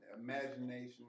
imagination